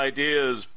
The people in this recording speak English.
Ideas